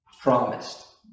promised